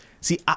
see